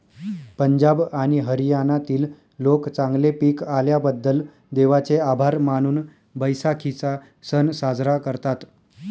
पंजाब आणि हरियाणातील लोक चांगले पीक आल्याबद्दल देवाचे आभार मानून बैसाखीचा सण साजरा करतात